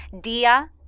Dia